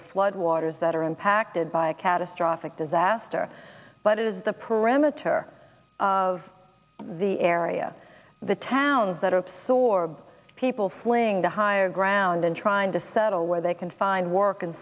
or flood waters that are impacted by a catastrophic disaster but it is the parameter of the area the towns that are of sorbs people fleeing to higher ground and trying to settle where they can find work